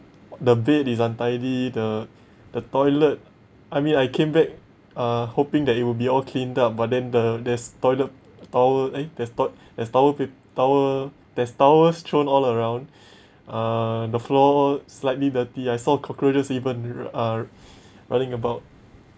the bed is untidy the the toilet I mean I came back uh hoping that it will be all cleaned up but then the there's toilet towel eh there's toi~ there's towel pa~ towel there's towels thrown all around uh the floor slightly dirty I saw cockroaches even r~ uh runing about